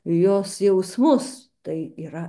jos jausmus tai yra